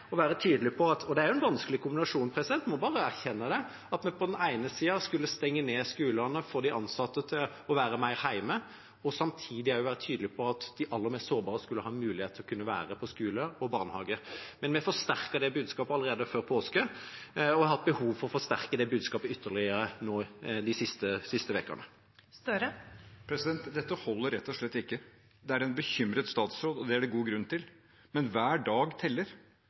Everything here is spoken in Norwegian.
det er en vanskelig kombinasjon, jeg må bare erkjenne det, at man på den ene siden skulle stenge ned skolene og få de ansatte til å være mer hjemme, og samtidig være tydelig på at de mest sårbare skulle ha mulighet til å være på skole og i barnehage. Vi forsterket det budskapet allerede før påske, og jeg har hatt behov for å forsterke det budskapet ytterligere nå de siste ukene. Det holder rett og slett ikke. Det er en bekymret statsråd – og det er det god grunn til. Men hver dag teller.